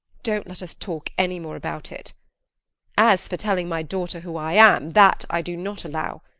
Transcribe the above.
don't let us talk any more about it as for telling my daughter who i am, that i do not allow.